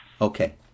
Okay